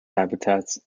habitats